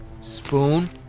Spoon